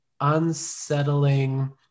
unsettling